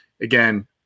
again